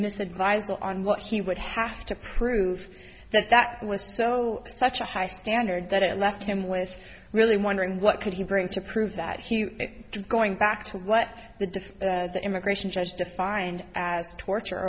mis advise on what he would have to prove that that was so such a high standard that it left him with really wondering what could he bring to prove that he is going back to what the immigration judge defined as torture